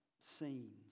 scenes